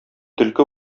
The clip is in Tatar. төлке